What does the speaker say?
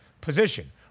position